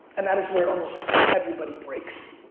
and that is where almost everybody breaks.